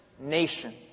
nation